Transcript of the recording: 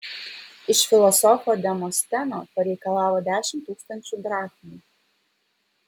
iš filosofo demosteno pareikalavo dešimt tūkstančių drachmų